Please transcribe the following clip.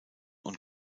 und